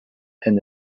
and